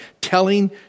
telling